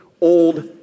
old